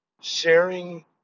Sharing